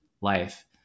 life